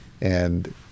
and-